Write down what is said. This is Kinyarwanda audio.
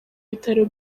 bitaro